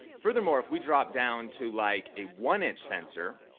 furthermore, if we drop down to like a one inch sensor,